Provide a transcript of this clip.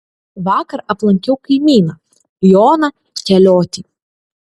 vakar aplankiau kaimyną joną keliotį